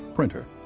printer.